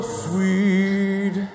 sweet